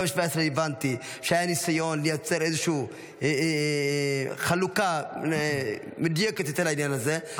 הבנתי שהיה ניסיון ב-2017 לייצר איזושהי חלוקה מדויקת יותר לעניין הזה,